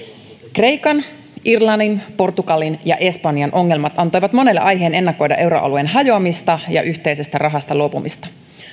kreikan irlannin portugalin ja espanjan ongelmat antoivat monelle aiheen ennakoida euroalueen hajoamista ja yhteisestä rahasta luopumista